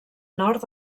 nord